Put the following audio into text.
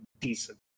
decent